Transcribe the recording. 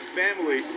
family